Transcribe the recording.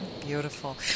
Beautiful